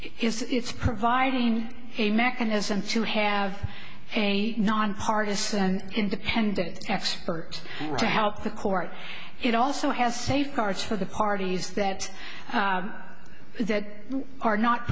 it's providing a mechanism to have a nonpartisan and independent expert to help the court it also has safeguards for the parties that that are not